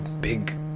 big